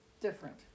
different